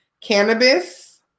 Cannabis